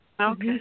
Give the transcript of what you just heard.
Okay